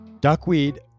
Duckweed